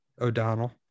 O'Donnell